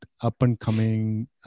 up-and-coming